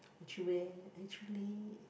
actually where actually